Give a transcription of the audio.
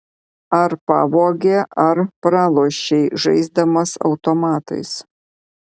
ar pavogė ar pralošei žaisdamas automatais